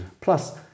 Plus